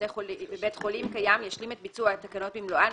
בבית חולים קיים ישלים את ביצוע התקנות במלואן,